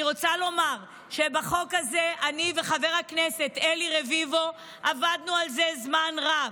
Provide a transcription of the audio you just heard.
אני רוצה לומר שאני וחבר הכנסת אלי רביבו עבדנו על החוק הזה זמן רב.